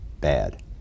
bad